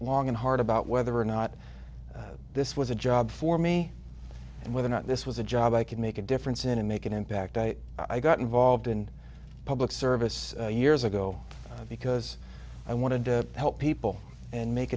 long and hard about whether or not this was a job for me and whether or not this was a job i could make a difference in and make an impact i i got involved in public service years ago because i wanted to help people and make